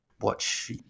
watch